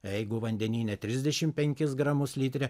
jeigu vandenyne trisdešim penkis gramus litre